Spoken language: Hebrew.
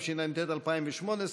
התשע"ט 2018,